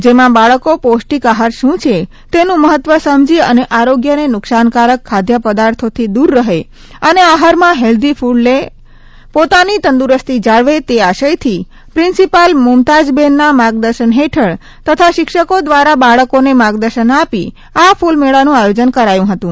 જેમાં બાળકો પૌષ્ટિક આહાર શું છે તેનું મહત્વ સમજી અને આરીગ્યને નુકસાનકારક ખાદ્ય પદાર્થોથી દૂર રહે અને આહારમાં હેલ્ધીકૂડ લે અને પોતાની તંદુરસ્તી જાળવે તે આશય થી પ્રિન્સિપાલ મુમતાજબેન ના માર્ગદર્શન હેઠળ તથા શિક્ષકો દ્વારા બાળકોને માર્ગદર્શન આપી આ કૂલમેળાનું આયોજન કરાયું હતું